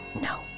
No